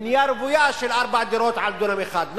בנייה רוויה של ארבע דירות על דונם אחד.